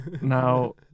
Now